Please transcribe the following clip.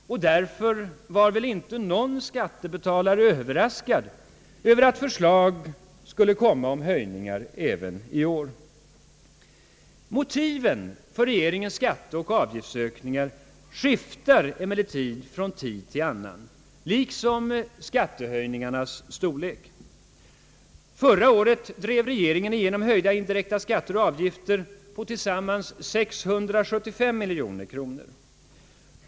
Därför var väl inte någon skattebetalare överraskad över att förslag härom kom även i år. Motiven för regeringens skatteoch avgiftsökningar skiftar emellertid från tid till annan, liksom skattehöjningarnas storlek. Förra året drev regeringen igenom höjda indirekta skatter och avgifter som tillsammans skulle ge 675 miljoner kronor.